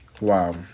Wow